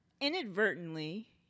inadvertently